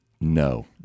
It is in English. no